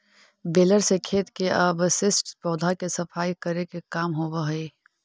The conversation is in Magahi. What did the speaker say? बेलर से खेत के अवशिष्ट पौधा के सफाई करे के काम होवऽ हई